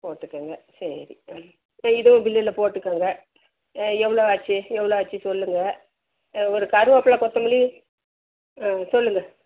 போட்டுக்கோங்க சரி ம் இப்போ இதுவும் பில்லில் போட்டுக்கோங்க எவ்வளோ ஆச்சு எவ்வளோ ஆச்சு சொல்லுங்க ஒரு கருவேப்பில்லை கொத்தமல்லி ஆ சொல்லுங்க